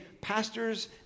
pastors